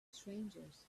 strangers